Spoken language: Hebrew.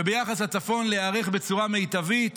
וביחס לצפון להיערך בצורה מיטבית